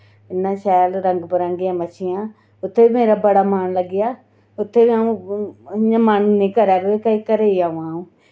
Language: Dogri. इन्ना शैल रंग बिरंगियां मच्छियां उत्थै मेरा बड़ा मन लग्गेआ ते उत्थै इ'यां मेरा मन निं करै कि घरै गी आवां अ'ऊं